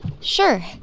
sure